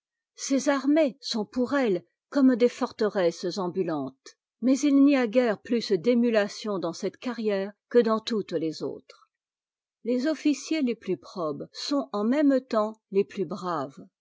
ses armées sont pour elle comme des forteresses ambulantes mais il n'y a guère plus d'émulation dans cette carrière que dans toutes les autres les officiers les plus probes sont en même temps les plus braves